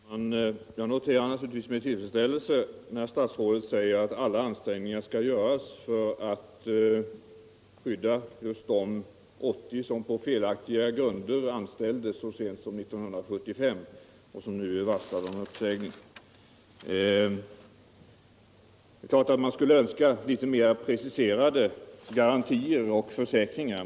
Herr talman! Jag noterar naturligtvis med tillfredsställelse att statsrådet säger att alla ansträngningar skall göras för att skydda just de 80 som på felaktiga grunder anställdes av Samefa så sent som 1975 och som. nu är varslade om uppsägning. Det är klart att man skulle önska litet mera preciserade garantier och försäkringar.